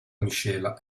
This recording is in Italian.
miscela